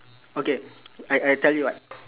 okay I I tell you what